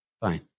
Fine